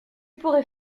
pourrais